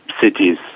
cities